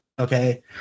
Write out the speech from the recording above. Okay